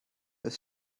ist